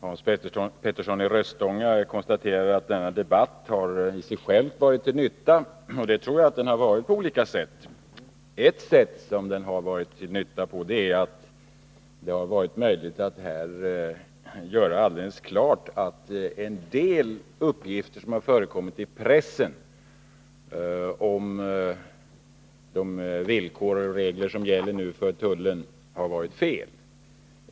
Herr talman! Hans Petersson i Röstånga konstaterar att denna debatt i sig själv har varit till nytta. Det tror jag att den har varit på olika sätt. Bl. a. har det varit möjligt att här göra alldeles klart att en del uppgifter som har förekommit i pressen om de villkor och regler som nu gäller för tullen har varit fel.